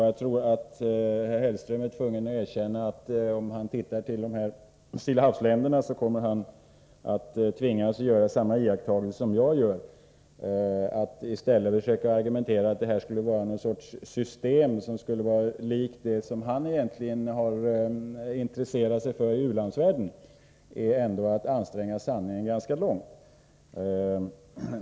Jag tror att herr Hellström, om han studerar Stilla havs-länderna, tvingas göra samma iakttagelse som jag har gjort. Att i stället försöka hävda att detta skulle vara någon sorts system, som skulle likna det som han har intresserat sig för i u-landsvärlden är ändå att anstränga sanningen.